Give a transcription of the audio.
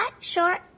short